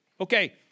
Okay